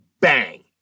bang